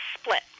split